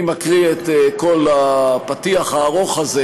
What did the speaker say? אני מקריא את כל הפתיח הארוך הזה